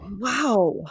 Wow